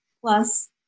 plus